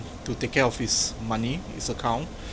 to take care of his money his account